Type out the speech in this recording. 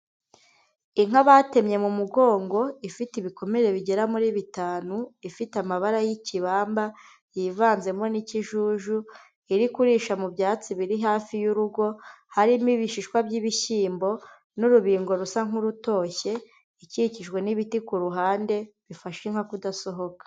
Inka batemye mu mugongo, ifite ibikomere bigera muri bitanu, ifite amabara y'ikibamba yivanzemo n'ikijuju, iri kurisha mu byatsi biri hafi y'urugo, harimo ibishishwa by'ibishyimbo n'urubingo rusa nk'urutoshye, ikikijwe n'ibiti kuruhande, bifashe inka kudasohoka.